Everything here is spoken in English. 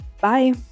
Bye